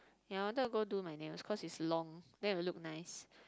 ya I wanted go do my nails cause is long then it will look nice